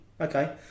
okay